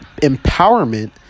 empowerment